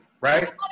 right